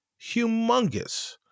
Humongous